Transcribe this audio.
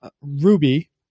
Ruby